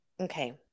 okay